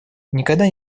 никогда